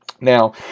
Now